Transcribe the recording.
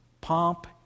pomp